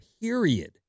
period